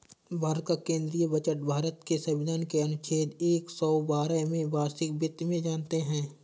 भारत का केंद्रीय बजट भारत के संविधान के अनुच्छेद एक सौ बारह में वार्षिक वित्त में जानते है